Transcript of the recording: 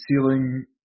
Ceiling